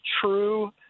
true